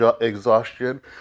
exhaustion